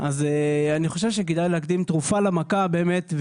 אז אני חושב שכדאי להקדים תרופה למכה באמת.